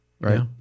right